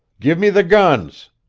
give me the guns.